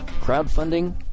crowdfunding